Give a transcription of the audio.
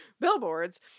billboards